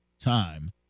time